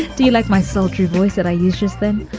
do you like my sultry voice that i used just then?